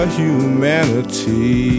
humanity